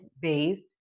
based